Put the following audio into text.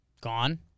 Gone